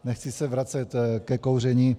Nechci se vracet ke kouření.